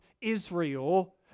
Israel